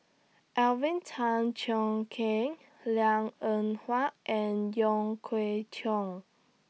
Alvin Tan Cheong Kheng Liang Eng Hwa and Wong Kwei Cheong